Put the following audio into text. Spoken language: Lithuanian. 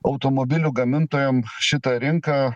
automobilių gamintojam šitą rinką